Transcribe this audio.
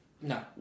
No